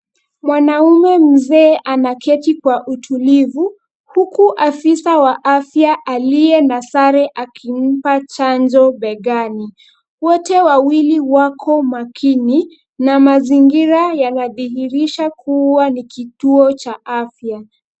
Mwanaume mzee anaketi kwa utulivu, huku afisa wa afya aliye na sare akimpa chanjo begani. Wote wawili wako makini na mazingira yanadhihirisha kuwa ni kituo cha afya.